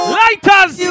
lighters